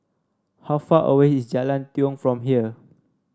how far away is Jalan Tiong from here